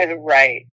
Right